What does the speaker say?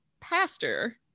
pastor